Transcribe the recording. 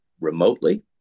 remotely